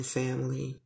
family